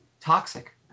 toxic